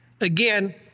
Again